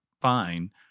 Fine